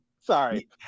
Sorry